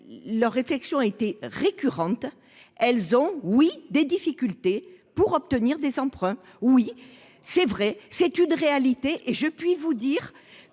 Leur réflexion a été récurrentes, elles ont oui des difficultés pour obtenir des emprunts. Oui c'est vrai c'est une réalité et je puis vous dire